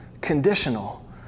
conditional